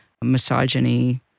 misogyny